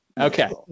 Okay